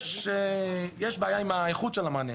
יש בעיה עם האיכות של המענה.